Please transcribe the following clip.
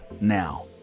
now